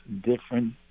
different